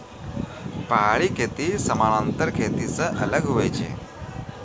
पहाड़ी खेती समान्तर खेती से अलग हुवै छै